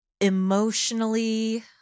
emotionally